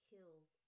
Kills